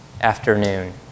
afternoon